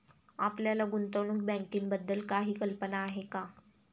आपल्याला गुंतवणूक बँकिंगबद्दल काही कल्पना आहे का?